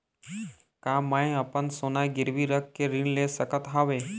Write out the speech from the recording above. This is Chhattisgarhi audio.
का मैं अपन सोना गिरवी रख के ऋण ले सकत हावे?